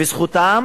זכותם